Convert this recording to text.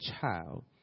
child